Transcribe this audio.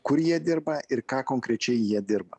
kur jie dirba ir ką konkrečiai jie dirba